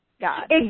God